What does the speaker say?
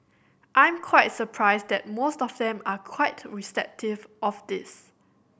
I'm quite surprised that most of them are quite receptive of this